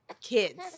kids